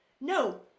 No